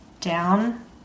down